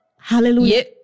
Hallelujah